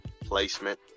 placement